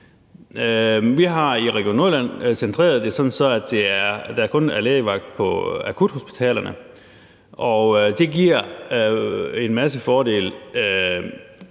Vi har i Region Nordjylland centreret det, så der kun er lægevagt på akuthospitalerne, og det giver en masse fordele